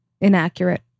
inaccurate